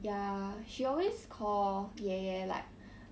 ya she always call 爷爷 like